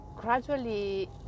gradually